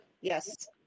Yes